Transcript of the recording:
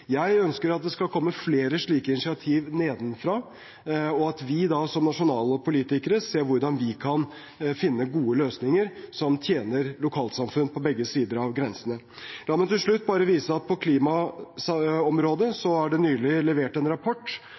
Jeg ønsker at det skal komme flere slike initiativ nedenfra, og at vi, som nasjonale politikere, ser hvordan vi kan finne gode løsninger som tjener lokalsamfunn på begge sider av grensen. La meg til slutt bare vise til at på klimaområdet er det nylig levert en rapport